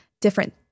different